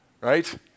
right